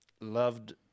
loved